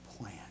plan